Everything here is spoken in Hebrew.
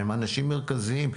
הם אנשים מרכזיים.